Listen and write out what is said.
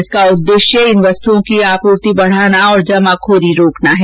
इसका उद्देश्य इन वस्तुओं की आपूर्ति बढाना और जमाखोरी रोकना है